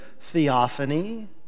theophany